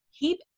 keep